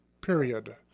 period